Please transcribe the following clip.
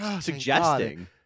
suggesting